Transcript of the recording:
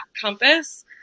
compass